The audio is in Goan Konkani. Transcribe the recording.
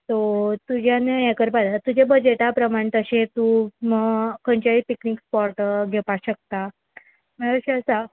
सो तुज्यान हें करपा जाय तुजे बजटा प्रमाण तशें तूं खंयचेय पिकनीक स्पोट घेवपा शकता म्हळ्यार अशें आसा